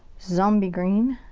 zombie green.